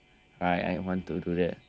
right I want to do that ya just to see the world